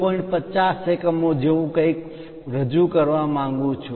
50 એકમો જેવું કંઈક રજૂ કરવા માગું છું